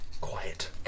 quiet